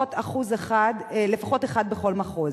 לפחות אחד בכל מחוז.